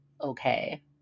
okay